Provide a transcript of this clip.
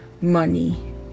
money